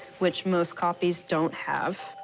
which most copies don't have.